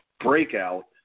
breakout